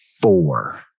four